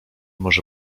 może